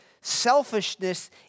selfishness